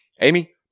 Amy